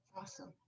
Awesome